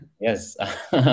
Yes